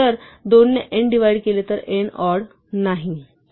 तर जर 2 ने n डिव्हाइड केले तर n ऑड नाही